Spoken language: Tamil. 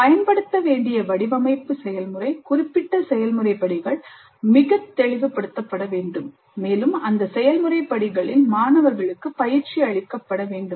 பயன்படுத்த வேண்டிய வடிவமைப்பு செயல்முறை குறிப்பிட்ட செயல்முறை படிகள் மிகத் தெளிவுபடுத்தப்பட வேண்டும் மேலும் அந்த செயல்முறை படிகளில் மாணவர்களுக்கு பயிற்சி அளிக்கப்பட வேண்டும்